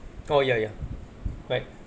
oh ya ya right